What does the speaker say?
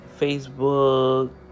Facebook